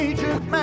Agent